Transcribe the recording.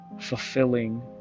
fulfilling